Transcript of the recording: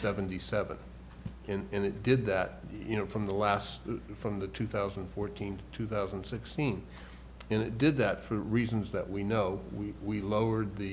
seventy seven and it did that you know from the last from the two thousand and fourteen two thousand and sixteen and it did that for reasons that we know we've we lowered the